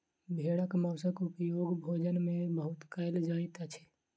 भेड़क मौंसक उपयोग भोजन में बहुत कयल जाइत अछि